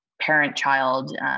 parent-child